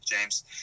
James